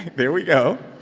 there we go.